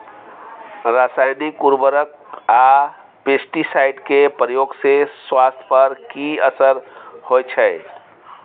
रसायनिक उर्वरक आ पेस्टिसाइड के प्रयोग से स्वास्थ्य पर कि असर होए छै?